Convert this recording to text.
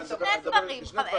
רגע, יש שני דברים.